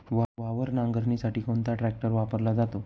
वावर नांगरणीसाठी कोणता ट्रॅक्टर वापरला जातो?